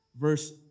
verse